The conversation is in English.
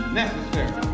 necessary